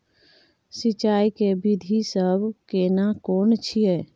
सिंचाई के विधी सब केना कोन छिये?